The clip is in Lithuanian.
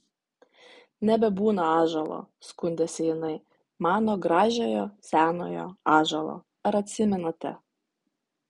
nebebūna ąžuolo skundėsi jinai mano gražiojo senojo ąžuolo ar atsimenate